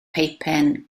peipen